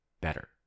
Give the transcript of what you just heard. better